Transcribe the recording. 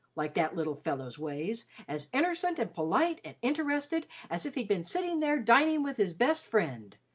like that little fellow's ways, as innercent an' polite an' interested as if he'd been sitting there dining with his best friend,